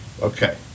Okay